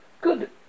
Good